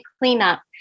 cleanup